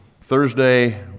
Thursday